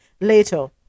Later